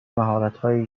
مهارتهایی